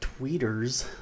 tweeters